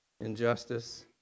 injustice